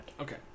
Okay